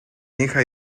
hija